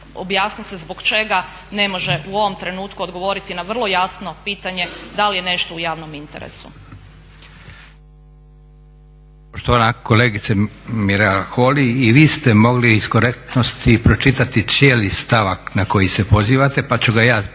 objasni se zbog čega ne može u ovom trenutku odgovoriti na vrlo jasno pitanje da li je nešto u javnom interesu.